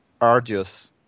arduous